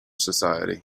society